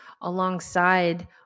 alongside